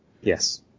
Yes